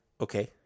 Okay